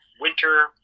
winter